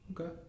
Okay